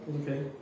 Okay